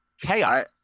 Chaos